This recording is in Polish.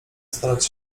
starać